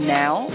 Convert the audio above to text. now